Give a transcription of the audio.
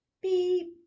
beep